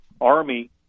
Army